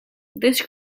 this